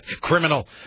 Criminal